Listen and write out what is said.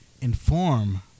inform